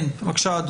בבקשה.